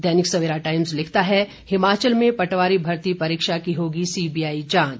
दैनिक Savera Times लिखता है हिमाचल में पटवारी भर्ती परीक्षा की होगी सीबीआई जांच